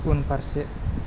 उनफारसे